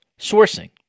sourcing